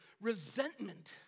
resentment